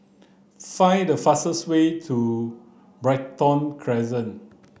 find the fastest way to Brighton Crescent